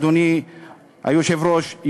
אדוני היושב-ראש,